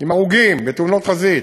עם הרוגים בתאונות חזית,